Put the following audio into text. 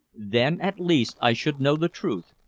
then at least i should know the truth,